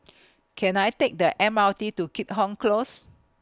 Can I Take The M R T to Keat Hong Close